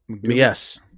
Yes